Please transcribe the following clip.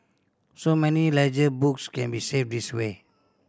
so many ledger books can be saved this way